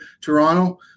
Toronto